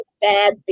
bad